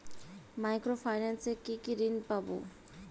Micro finance এ কি কি ঋণ পাবো?